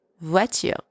voiture